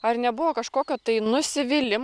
ar nebuvo kažkokio tai nusivylimo